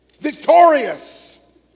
victorious